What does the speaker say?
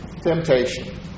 Temptation